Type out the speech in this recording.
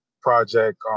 project